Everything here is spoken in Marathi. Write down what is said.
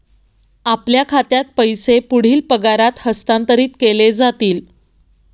आपल्या खात्यात पैसे पुढील पगारात हस्तांतरित केले जातील